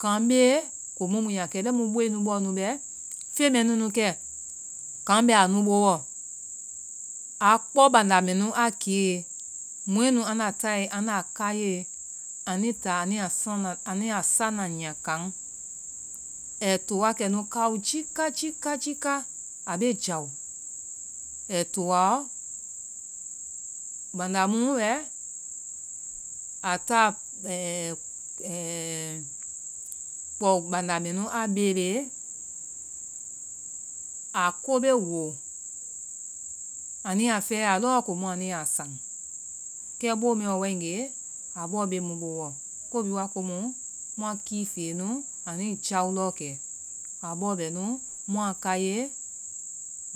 Kan bee komu muyaa kɛ lɛi mu booe bɔɔnu bɛ, fen mɛɛ nu nu kɛ, kan bɛ anu boo ɔ, aa kpɔ banda mɛnu a kee. mɔɛ nu anda taae anda kaiyee anui taa anuyaa sana anuyaa sananya kan ai to wa kɛ nu kawo jiika jiika jiika a bee jawo, ai towaɔ, banda mu we, a ta a ta kpɔ banda mɛnu a bee, a ko bee woo, anuyaa fɛɛ lɔɔ komu anuyaa san. Kɛ boo mɛɛɔ waegee, abɔɔ bee mu boowɔ, ko bihi waa komu mua kii feya nu anui jawao lɔɔ kɛ, a bɔɔ bɛnu, mua kaiyee,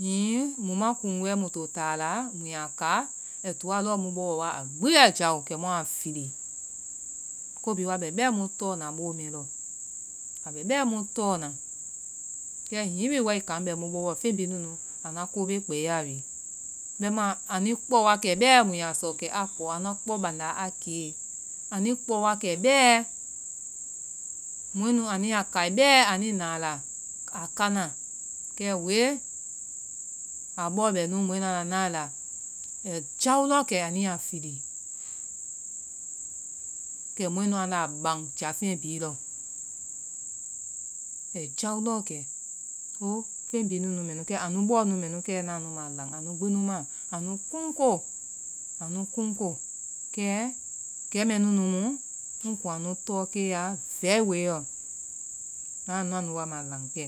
hihi mu ma kun wɛ mui to taala mui a ka, ai toa lɔɔ mu booɔ wa a gbi ai jao, kɛmua fili, ko bihi wa bɛ bɛɛ mu tɔɔ na bolo mɛɛ lɔ, a bɛ bɛɛ mu tɔɔna, kɛ hihi wi wae kan bɛ mu boo ɔ fey bihi nunu anua ko bee kpɛɛyaa wi bɛimaa anui kpɔ wa kɛ bɛɛ muyaa sɔ kɛ a kpɔ, anua kpɔ bandaa a kee, anui kpɔ wa kɛ, bɛɛ, mɔɛ nu anuyaa kai bɛɛ anui naa la a- a kana, kɛ woee, a bɔɔ bɛnu mɔɛ nu anda nae a la, ai jao lɔɔkɛ anuyaa fili kɛ mɔɛ nuu na ban jafeŋɛ bihi lɔ. ai jao lɔɔ kɛ soo feŋ bihi nunu mɛnu kɛ aŋaa nu ma lan, anu gbinu maa, anu kun koo, a nu kun koo kai, kɛ mɛɛ nunu mu koo, a nu kunkoo kai, kɛ mɛɛ nunu mu ŋ kuŋ anu tɔɔ keeya vɛi wooe lɔ, ŋnaa nua nu wa ma lan kɛ.